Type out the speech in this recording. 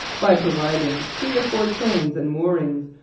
by providing three or four chains and moorings,